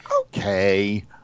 Okay